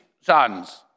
sons